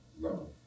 no